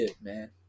man